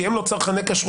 כי הם לא צרכני כשרות,